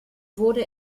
wurde